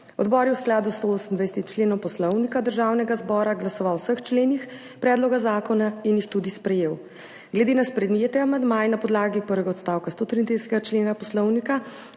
Odbor je v skladu s 128. členom Poslovnika Državnega zbora glasoval o vseh členih predloga zakona in jih tudi sprejel. Glede na sprejete amandmaje je na podlagi prvega odstavka 133. člena Poslovnika